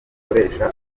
umukoresha